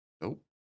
Nope